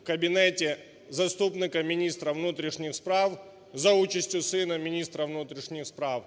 в кабінеті заступника міністра внутрішніх справ за участю сина міністра внутрішніх справ.